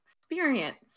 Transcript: experience